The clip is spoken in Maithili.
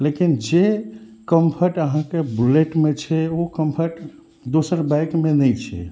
लेकिन जे कम्फर्ट अहाँके बुलेटमे छै ओ कम्फर्ट दोसर बाइकमे नहि छै